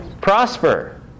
prosper